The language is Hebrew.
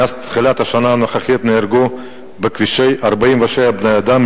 מאז תחילת השנה הנוכחית נהרגו בכבישים 47 בני-אדם,